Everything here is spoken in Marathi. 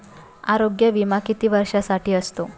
आरोग्य विमा किती वर्षांसाठी असतो?